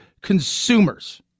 Consumers